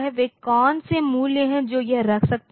वे कौन से मूल्य हैं जो यह रख सकते हैं